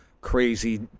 crazy